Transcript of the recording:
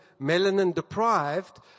melanin-deprived